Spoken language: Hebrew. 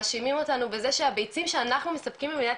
מאשימים אותנו בזה שהביצים שאנחנו מספקים למדינת